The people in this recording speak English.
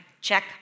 check